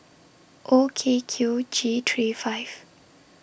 O K Q G three five